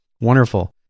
wonderful